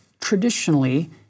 traditionally